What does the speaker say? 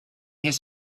his